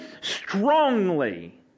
strongly